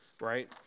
right